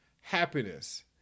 happiness